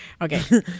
Okay